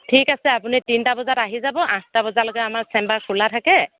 ঠিক আছে আপুনি তিনিটা বজাত আহি যাব আঠটা বজালৈকে আমাৰ চেম্বাৰ খোলা থাকে